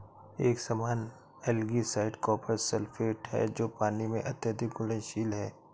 एक सामान्य algicide copper sulphate है जो पानी में अत्यधिक घुलनशील है